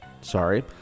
Sorry